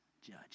judge